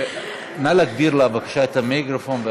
נא להגביר לה בבקשה את המיקרופון.